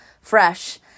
fresh